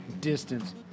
Distance